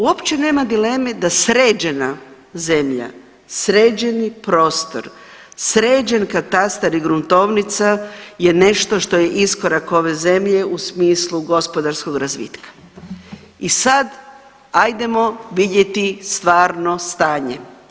Uopće nema dileme da sređena zemlja sređeni prostor, sređen katastar i gruntovnica je nešto što je iskorak ove zemlje u smislu gospodarskog razvitka i sad ajdemo vidjeti stvarno stanje.